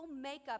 makeup